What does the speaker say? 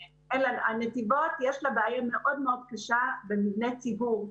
לנתיבות יש בעיה קשה של מחסור במבני ציבור.